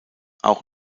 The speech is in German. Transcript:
auch